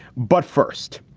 but first,